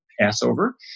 Passover